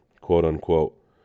quote-unquote